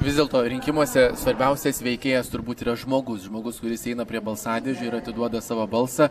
vis dėlto rinkimuose svarbiausias veikėjas turbūt yra žmogus žmogus kuris eina prie balsadėžių ir atiduoda savo balsą